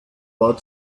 war